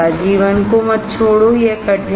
जीवन को मत छोड़ो यह कठिन है